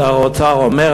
שר האוצר אומר,